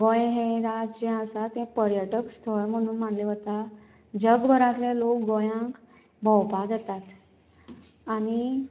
गोंय हे राज्य आसा तें पर्यटन स्थळ म्हणून मानले वता जगभराचे लोक गोंयांत भोंवपाक येतात आनी